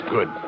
Good